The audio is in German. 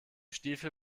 stiefel